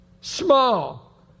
Small